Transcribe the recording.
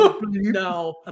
no